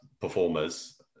performers